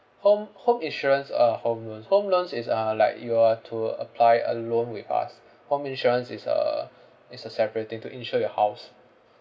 home home insurance uh home loans home loans is uh like you were to apply a loan with us home insurance is uh is a separate thing to insure your house